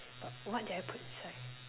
what did I put inside